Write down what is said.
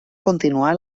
continuar